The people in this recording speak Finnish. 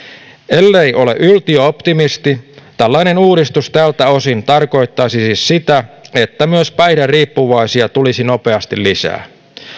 ellei ole yltiöoptimisti tällainen uudistus tältä osin tarkoittaisi siis sitä että myös päihderiippuvaisia tulisi nopeasti lisää